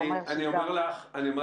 זה אומר שגם --- אני אומר לך מידיעה,